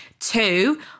Two